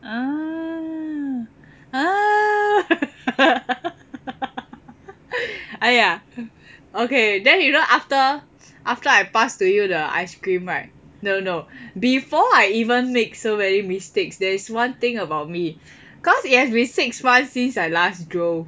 ah !aiya! okay then you know after after I passed to you the ice cream right no no before I even make so many mistakes there is one thing about me cause it has been six months since I last drove